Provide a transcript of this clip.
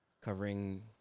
covering